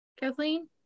Kathleen